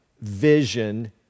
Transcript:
Vision